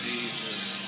Jesus